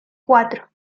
cuatro